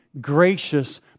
gracious